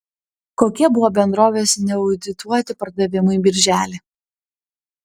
kokie buvo bendrovės neaudituoti pardavimai birželį